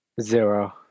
Zero